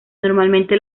normalmente